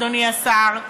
אדוני השר,